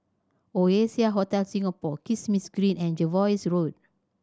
Oasia Hotel Singapore Kismis Green and Jervois Road